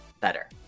better